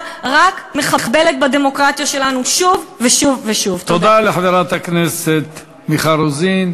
הזאת, ויש רשות דיבור לחברת הכנסת מרב מיכאלי.